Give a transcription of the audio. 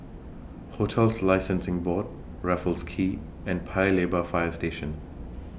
hotels Licensing Board Raffles Quay and Paya Lebar Fire Station